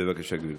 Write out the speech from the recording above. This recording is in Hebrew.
בבקשה, גברתי.